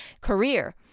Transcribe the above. career